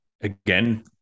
Again